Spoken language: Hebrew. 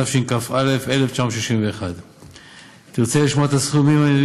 התשכ"א 1961. אם תרצה לשמוע את הסכומים,